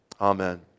Amen